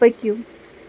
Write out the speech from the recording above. پٔکِو